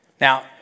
Now